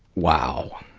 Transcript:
wow!